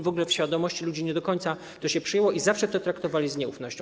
W ogóle w świadomości ludzi nie do końca to się przyjęło i zawsze to traktowali z nieufnością.